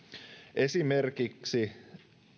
esimerkiksi